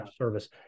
service